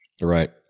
Right